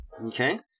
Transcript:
Okay